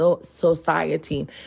society